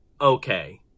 okay